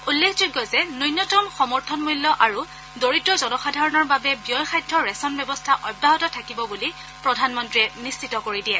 উল্লেখযোগ্য যে ন্যনতম সমৰ্থন মূল্য আৰু দৰিদ্ৰ জনসাধাৰণৰ বাবে ব্যয়সাধ্য ৰেচন ব্যৱস্থা অব্যাহত থাকিব বুলি প্ৰধানমন্ত্ৰীয়ে নিশ্চিত কৰি দিয়ে